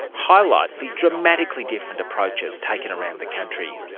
highlight the dramatically different approaches taken around the country.